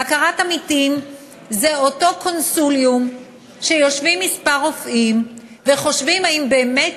בקרת עמיתים היא אותו קונסיליום שיושבים כמה רופאים וחושבים האם באמת